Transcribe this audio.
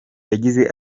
yagize